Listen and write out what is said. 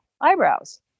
eyebrows